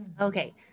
okay